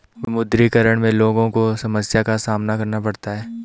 विमुद्रीकरण में लोगो को समस्या का सामना करना पड़ता है